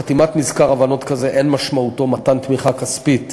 חתימת מזכר הבנות כזה אין משמעותה מתן תמיכה כספית